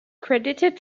credited